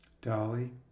Dolly